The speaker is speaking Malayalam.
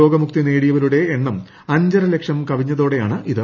രോഗമുക്തി നേടിയവരുടെ എണ്ണം അഞ്ചര ലക്ഷം കവിഞ്ഞതോടെയാണ് ഇത്